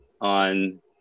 on